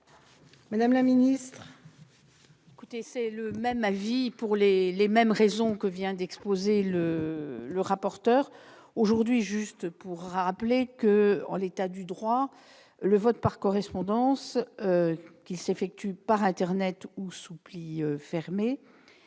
madame la ministre,